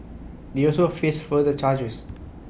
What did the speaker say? they also face further charges